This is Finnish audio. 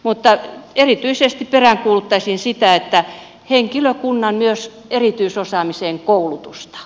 mutta erityisesti peräänkuuluttaisin myös henkilökunnan erityisosaamiseen koulutusta